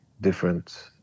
different